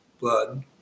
blood